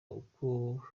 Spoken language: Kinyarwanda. uko